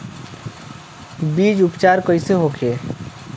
बीज उपचार कइसे होखे?